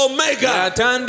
Omega